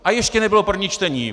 A ještě nebylo první čtení.